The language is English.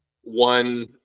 one